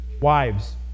wives